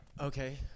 Okay